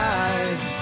eyes